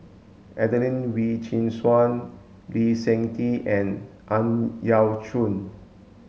Adelene Wee Chin Suan Lee Seng Tee and Ang Yau Choon